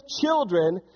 children